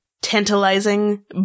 tantalizing